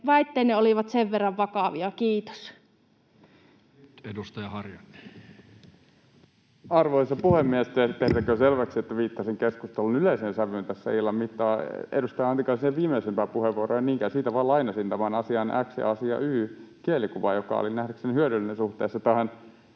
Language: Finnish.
ohjaamiseen perustuvaan hybridivaikuttamiseen Time: 19:32 Content: Arvoisa puhemies! Tehtäköön selväksi, että viittasin keskustelun yleiseen sävyyn tässä illan mittaan, edustaja Antikaisen viimeisimpään puheenvuoroon en niinkään. Siitä vain lainasin tämän asia X ja asia Y -kielikuvan, joka oli nähdäkseni hyödyllinen suhteessa tähän